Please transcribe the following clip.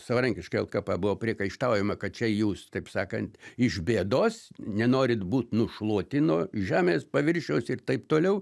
savarankiškai lkp buvo priekaištaujama kad čia jūs taip sakant iš bėdos nenorit būt nušluoti nuo žemės paviršiaus ir taip toliau